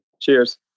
Cheers